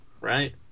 right